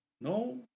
No